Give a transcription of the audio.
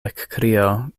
ekkrio